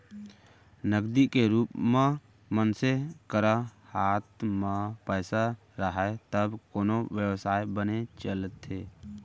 नगदी के रुप म मनसे करा हात म पइसा राहय तब कोनो बेवसाय बने चलथे